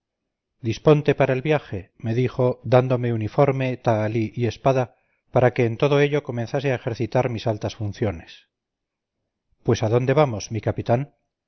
disponte para el viaje me dijo dándome uniforme tahalí y espada para que en todo ello comenzase a ejercitar mis altas funciones pues a dónde vamos mi capitán